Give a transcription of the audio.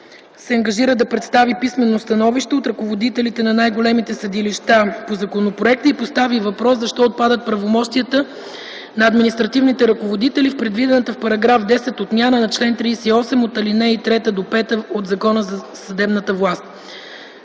се ангажира да представи писмено становище от ръководителите на най-големите съдилища по законопроекта и постави въпроса: защо отпадат правомощията на административните ръководители с предвидената в § 10 отмяна на чл. 38, ал. 3–5 от ЗСВ? Госпожа Ванухи